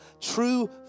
true